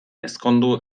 ezkondu